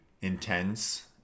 intense